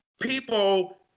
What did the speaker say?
people